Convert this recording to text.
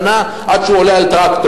שנה עד שהוא עולה על טרקטור.